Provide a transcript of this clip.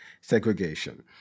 segregation